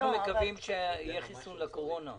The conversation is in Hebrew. זה לא אומר שנעבוד לפי מגזרים או לפי אזורים או לפי תחומים אחרים.